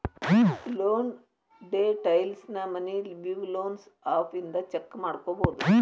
loan ಡೇಟೈಲ್ಸ್ನ money view loans app ಇಂದ check ಮಾಡ್ಕೊಬೋದು